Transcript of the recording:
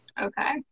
okay